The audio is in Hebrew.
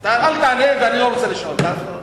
תענה ואני לא רוצה לשאול, חלאס,